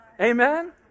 Amen